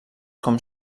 com